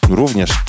również